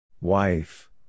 Wife